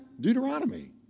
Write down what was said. Deuteronomy